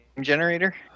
generator